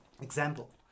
example